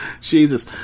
Jesus